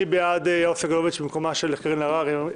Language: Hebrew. מי בעד יואב סגלוביץ במקומה של קארין אלהרר?